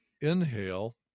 inhale